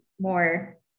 more